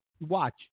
Watch